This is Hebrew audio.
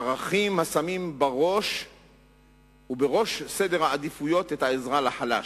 ערכים השמים בראש סדר העדיפויות את העזרה לחלש.